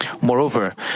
Moreover